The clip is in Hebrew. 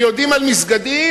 ויודעים על מסגדים,